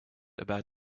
about